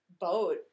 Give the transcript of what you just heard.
boat